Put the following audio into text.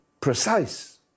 precise